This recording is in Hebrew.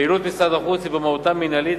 פעילות משרד החוץ היא במהותה מינהלית,